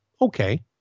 Okay